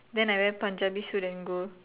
then I wear Punjabi suit and go